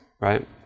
right